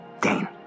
Dane